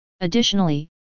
Additionally